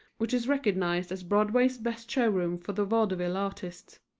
which is recognized as broadway's best showroom for the vaudeville artist.